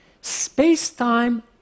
Space-time